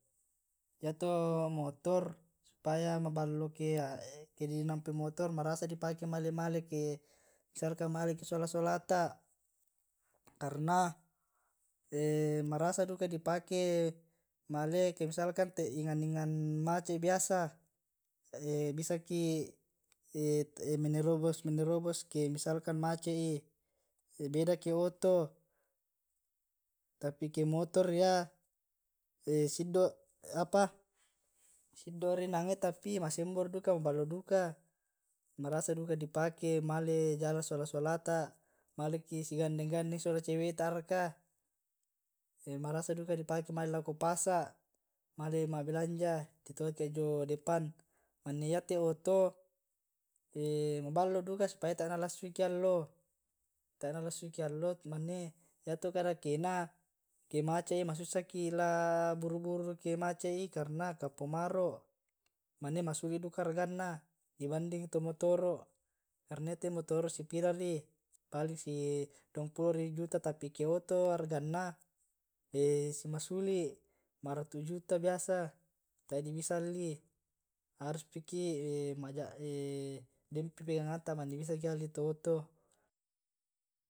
Ya tu motor supaya maballo eke den ampui motor marasa dipake male male kee misalkan male ki raka sola solata karna marasa duka di pake eke misalkan te enang enang macet biasa bisaki menerebos menrobos eke misalkan mace' ii. beda eke oto, tapi eke otor ia siddo' apa siddori nangai tapi masembo ri duka maballo duka marasa duka dipake jalan sola solata maleki sigandeng gandeng sola cewe'ta raka marasa duka dipake male lako pasa' male ma'belanja ditoke jio depan, mane yake oto maballo duka supaya tae' nalassuiki allo mane yato kadakena eke mace' ii masusaki laa buru buru eke mace' ii karena kapoa maro' mane masuli' duka harganna di banding to motoro' karna yate motoro' sipirari paling si duangpulo ri juta tp eke oto harganna simasuli' ma ratu' juta biasa tae' di bisa alli harus piki ma' denpi pegangnganta mane bisa alli to oto.